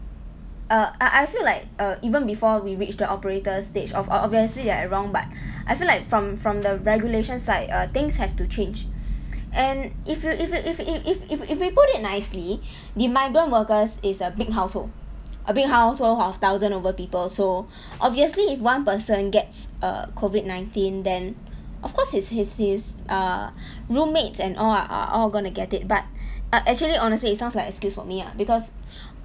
err I I feel like err even before we reached the operators stage of obviously they are wrong but I feel like from from the regulation side err things have to change and if we if we if if if if we put it nicely the migrant workers is a big household a big household of thousand over people so obviously if one person gets err COVID nineteen then of course it's his his uh roommates and all are all going to get it but err actually honestly it sounds like excuse for me ah because